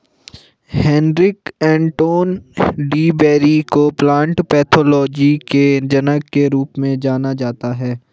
Heinrich Anton de Bary को plant pathology के जनक के रूप में जाना जाता है